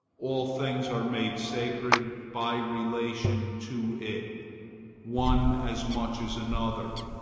all things are made sacred by relation to it one as much as another.